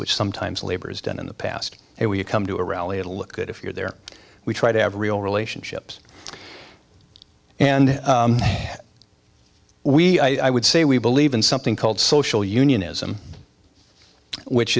which sometimes labor has done in the past where you come to a rally to look good if you're there we try to have real relationships and we i would say we believe in something called social unionism which